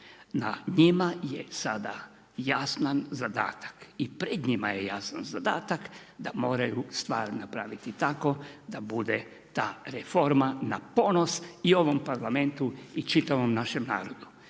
Na njima je sada jasna zadatak i pred njima je jasan zadatak, da moraju stvar napraviti tako da bude ta reforma na ponos i ovom Parlamentu i čitavom našem narodu.